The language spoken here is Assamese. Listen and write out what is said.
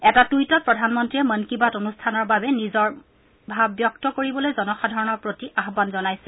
এটা টুইটত প্ৰধানমন্ত্ৰীয়ে মন কী বাত অনুষ্ঠানৰ বাবে নিজৰ ভাব ব্যক্ত কৰিবলৈ জনসাধাৰণৰ প্ৰতি আহান জনাইছে